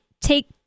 take